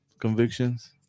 convictions